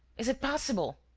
is it possible?